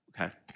okay